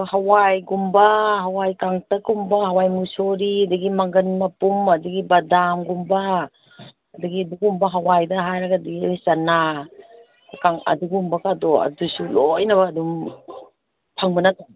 ꯍꯋꯥꯏꯒꯨꯝꯕ ꯍꯋꯥꯏ ꯀꯥꯡꯇꯛꯀꯨꯝꯕ ꯍꯋꯥꯏ ꯃꯨꯛꯁꯣꯔꯤ ꯑꯗꯒꯤ ꯃꯪꯒꯟ ꯃꯄꯨꯝ ꯑꯗꯒꯤ ꯕꯗꯥꯝꯒꯨꯝꯕ ꯑꯗꯒꯤ ꯑꯗꯨꯒꯨꯝꯕ ꯍꯋꯥꯏꯗ ꯍꯥꯏꯔꯒꯗꯤ ꯆꯅꯥ ꯑꯗꯨꯒꯨꯝꯕꯒꯥꯗꯣ ꯑꯗꯨꯁꯨ ꯂꯣꯏꯅꯃꯛ ꯑꯗꯨꯝ ꯐꯪꯕ ꯅꯠꯇ꯭ꯔꯣ